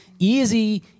Easy